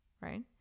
right